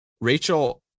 Rachel